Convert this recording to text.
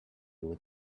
with